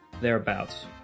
Thereabouts